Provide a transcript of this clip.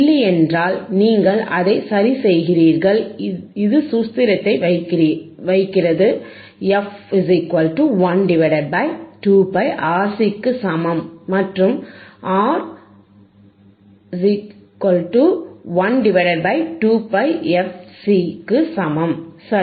இல்லையென்றால் நீங்கள் அதை சரிசெய்கிறீர்கள் இது சூத்திரத்தை வைக்கிறது f 1 2πRC க்கு சமம் மற்றும் R 1 2πfC க்கு சமம் சரி